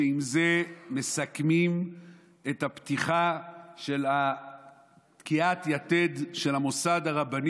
שעם זה מסכמים את הפתיחה של תקיעת יתד של המוסד הרבני